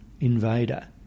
invader